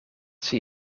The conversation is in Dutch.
zie